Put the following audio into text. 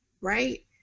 Right